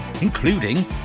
including